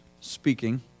speaking